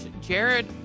Jared